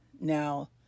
now